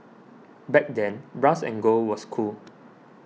back then brass and gold was cool